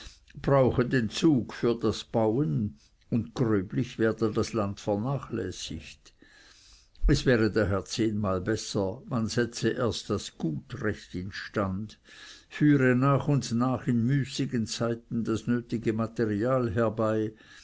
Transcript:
brauche den zug für das bauen und gröblich werde das land vernachlässigt es wäre daher zehnmal besser man setze erst das gut recht in stand führe nach und nach in müßigen zeiten das nötige material herbei